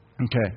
Okay